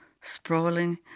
sprawling